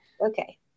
Okay